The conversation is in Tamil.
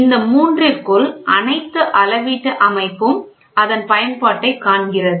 இந்த மூன்றிற்குள் அனைத்து அளவீட்டு அமைப்பும் அதன் பயன்பாட்டைக் காண்கிறது